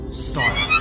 start